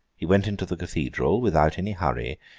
he went into the cathedral, without any hurry,